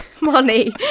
money